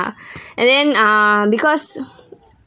lah and then ah because